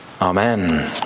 Amen